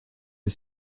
que